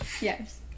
Yes